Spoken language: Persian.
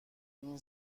این